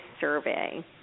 survey